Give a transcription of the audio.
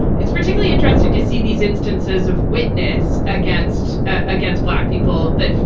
it's particularly interesting to see these instances of witness against against black people that,